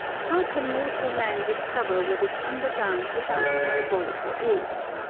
how can mortal man discover what is underground with out diabolical aid?